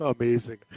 amazing